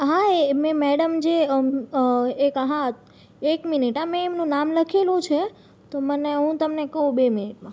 હા એ મેં મેડમ જે એક હા એક મિનિટ હા મેં એમનું નામ લખેલું છે તો મને હું તમને કહું બે મિનિટમાં